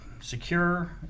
secure